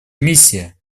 миссия